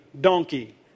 donkey